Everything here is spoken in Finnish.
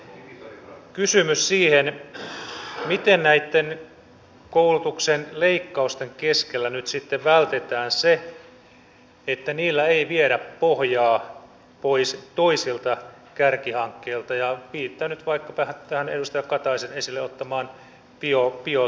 kysymys on siitä miten näitten koulutuksen leikkausten keskellä nyt sitten vältetään se että niillä ei viedä pohjaa pois toisilta kärkihankkeilta ja viittaan nyt vaikka tähän edustaja kataisen esille ottamaan biotalouteen